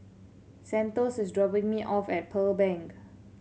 Santos is dropping me off at Pearl Bank